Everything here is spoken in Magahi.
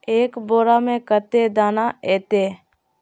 एक बोड़ा में कते दाना ऐते?